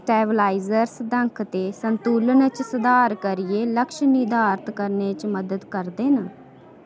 stabilisers दंख ते संतुलन च सधार करियै लक्ष्य निर्धारत करने च मदद करदे न